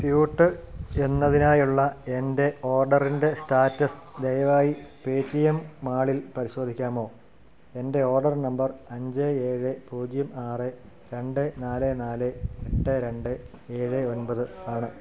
suit എന്നതിനായുള്ള എൻ്റെ ഓർഡറിൻ്റെ സ്റ്റാറ്റസ് ദയവായി പേ റ്റി എം മാളിൽ പരിശോധിക്കാമോ എൻ്റെ ഓർഡർ നമ്പർ അഞ്ച് ഏഴ് പൂജ്യം ആറ് രണ്ട് നാല് നാല് എട്ട് രണ്ട് ഏഴ് ഒമ്പത് ആണ്